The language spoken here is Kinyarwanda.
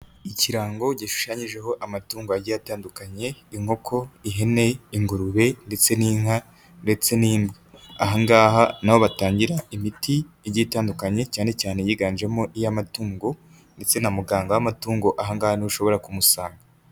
Ikirango gishushanyijeho amatungo yagiye atandukanye, inkoko, ihene, ingurube ndetse n'inka ndetse ahangaha ni aho batangira imiti igitandukanye cyane cyane yiganjemo iy'amatungo ndetse na muganga w'amatungo ahangaha niho ushobora kumusanga.